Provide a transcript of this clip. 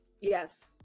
Yes